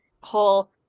whole